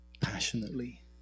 passionately